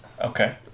Okay